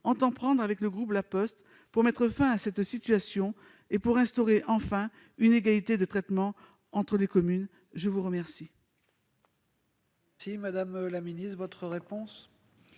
engager, avec le groupe La Poste, pour mettre fin à cette situation et pour instaurer enfin une égalité de traitement entre les communes. La parole